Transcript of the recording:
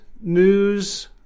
news